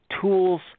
tools –